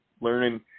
learning